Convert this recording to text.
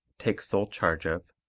take sole charge of,